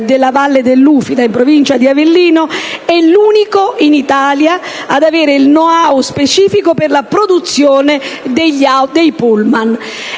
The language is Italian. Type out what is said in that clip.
della Valle dell'Ufita, in provincia di Avellino, è l'unico stabilimento in Italia ad avere il *know-how* specifico per la produzione dei pullman.